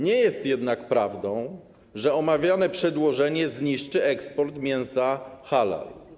Nie jest jednak prawdą, że omawiane przedłożenie zniszczy eksport mięsa Halal.